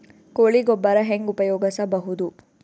ಕೊಳಿ ಗೊಬ್ಬರ ಹೆಂಗ್ ಉಪಯೋಗಸಬಹುದು?